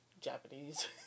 Japanese